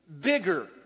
bigger